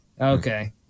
Okay